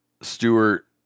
stewart